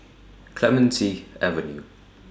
Clementi Avenue